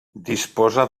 disposa